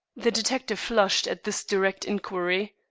the detective flushed at this direct inquiry.